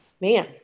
man